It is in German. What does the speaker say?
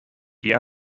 die